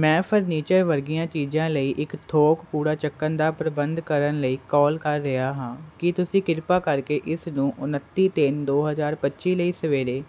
ਮੈਂ ਫਰਨੀਚਰ ਵਰਗੀਆਂ ਚੀਜ਼ਾਂ ਲਈ ਇੱਕ ਥੋਕ ਕੂੜਾ ਚੁੱਕਣ ਦਾ ਪ੍ਰਬੰਧ ਕਰਨ ਲਈ ਕਾਲ ਕਰ ਰਿਹਾ ਹਾਂ ਕੀ ਤੁਸੀਂ ਕਿਰਪਾ ਕਰਕੇ ਇਸ ਨੂੰ ਉਨੱਤੀ ਤਿੰਨ ਦੋ ਹਜ਼ਾਰ ਪੱਚੀ ਲਈ ਸਵੇਰੇ